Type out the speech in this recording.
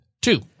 Two